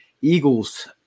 Eagles